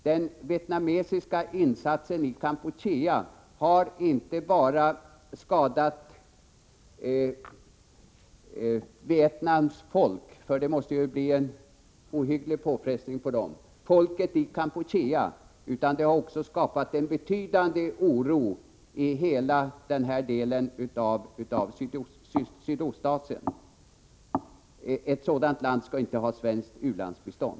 Den vietnamesiska insatsen i Kampuchea har inte bara skadat Vietnams folk — kriget måste ju vara en ohygglig påfrestning för vietnameserna — och folket i Kampuchea, utan också skapat en betydande oro i hela denna del av Sydostasien. Ett sådant land som Vietnam skall inte ha svenskt u-landsbistånd.